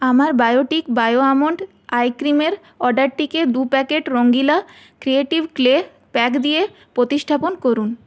আমার Biotique bio almond eye ক্রিমের অর্ডারটি কে দু packet Rangeela creative clay pack দিয়ে প্রতিস্থাপন করুন